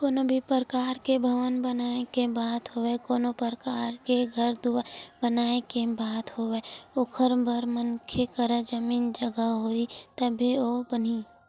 कोनो भी परकार के भवन बनाए के बात होवय कोनो परकार के घर दुवार बनाए के बात होवय ओखर बर मनखे करा जमीन जघा होही तभे तो बनही